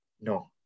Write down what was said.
No